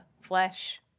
flesh